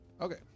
Okay